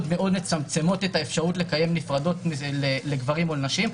מצמצמות את האפשרות לקיים נפרדות בין גברים ונשים,